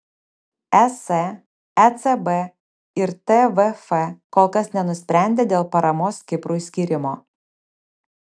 es ecb ir tvf kol kas nenusprendė dėl paramos kiprui skyrimo